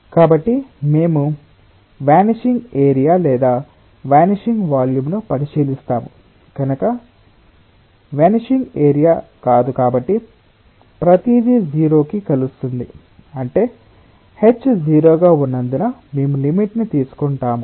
కాబట్టి మేము vanishing area లేదా వానిషింగ్ వాల్యూమ్ను పరిశీలిస్తాము కనుక వానిషింగ్ ఏరియా కాదు కాబట్టి ప్రతిదీ O కి కలుస్తుంది అంటే h 0 గా ఉన్నందున మేము లిమిట్ ని తీసుకుంటాము